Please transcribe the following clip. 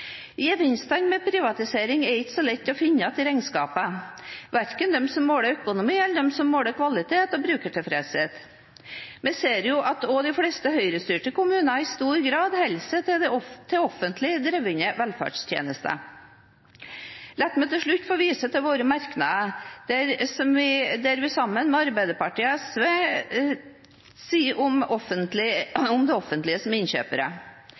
Gevinstene ved privatisering er det ikke så lett å finne igjen i regnskapene, verken de som måler økonomi, eller de som måler kvalitet og brukertilfredshet. Vi ser jo at også de fleste Høyre-styrte kommunene i stor grad holder seg til offentlig drevne velferdstjenester. La meg til slutt få vise til våre merknader – som vi står sammen med Arbeiderpartiet og SV om – om det offentlige som